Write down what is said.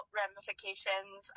ramifications